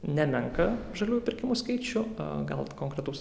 nemenką žaliųjų pirkimų skaičių gal konkretaus